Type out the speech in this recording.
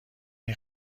این